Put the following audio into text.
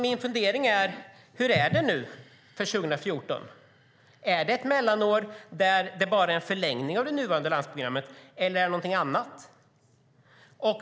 Min fundering är: Hur är det för 2014? Är det ett mellanår där det bara är en förlängning av det nuvarande landsbygdsprogrammet, eller är det någonting annat?